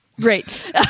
great